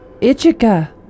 Ichika